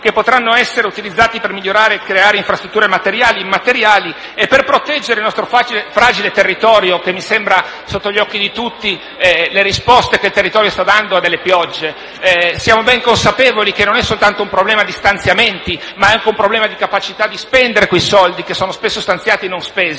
che potranno essere utilizzati per migliorare e creare infrastrutture materiali, immateriali e per proteggere il nostro fragile territorio: sono sotto gli occhi di tutti le risposte che il territorio sta dando alle piogge. Siamo ben consapevoli che non c'è solo un problema di stanziamenti, ma c'è anche un problema di capacità di spendere quei soldi, che spesso sono stanziati e non spesi.